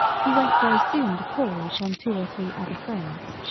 he went very soon to call upon two or three other friends.